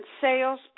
sales